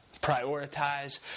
Prioritize